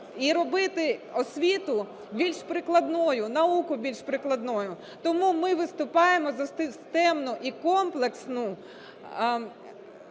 і робити освіту більш прикладною, науку більш прикладною. Тому ми виступаємо за системний і комплексний